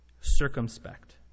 circumspect